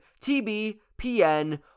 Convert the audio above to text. TBPN